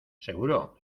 seguro